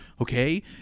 Okay